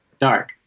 dark